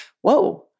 whoa